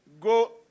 go